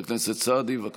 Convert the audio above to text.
חבר הכנסת סעדי, בבקשה.